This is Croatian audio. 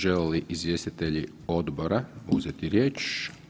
Žele li izvjestitelji odbora uzeti riječ?